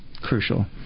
crucial